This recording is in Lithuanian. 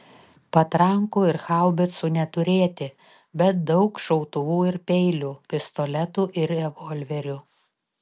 patrankų ir haubicų neturėti bet daug šautuvų ir peilių pistoletų ir revolverių